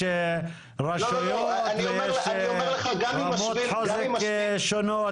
יש רשויות ויש רמות חוזק שונות,